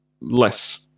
less